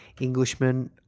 Englishman